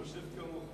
חושב כמו,